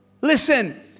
Listen